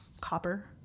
copper